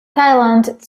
thailand